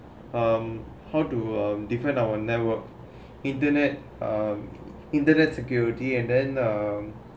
um how to um defend our network internet um internet security and then um